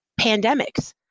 pandemics